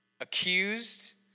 accused